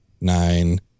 nine